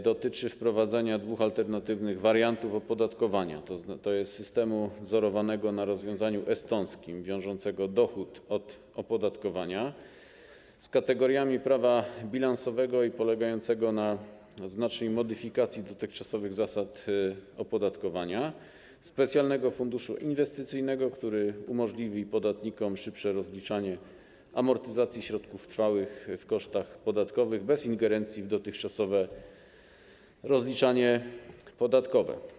Dotyczy wprowadzenia dwóch alternatywnych wariantów opodatkowania, tj. systemu wzorowanego na rozwiązaniu estońskim, wiążącego dochód do opodatkowania z kategoriami prawa bilansowego i polegającego na znacznej modyfikacji dotychczasowych zasad opodatkowania oraz specjalnego funduszu inwestycyjnego, który umożliwi podatnikom szybsze rozliczanie amortyzacji środków trwałych w kosztach podatkowych bez ingerencji w dotychczasowe rozliczanie podatkowe.